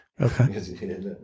Okay